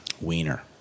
wiener